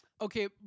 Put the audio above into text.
Okay